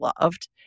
loved